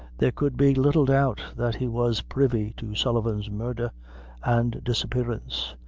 there could be little doubt that he was privy to sullivan's murder and disappearance,